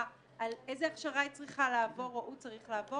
על איזה הכשרה היא או הוא צריכים לעבור.